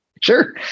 Sure